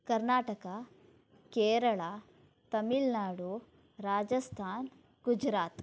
Karnataka Kerala Tamil Nadu Rajasthan Gujarat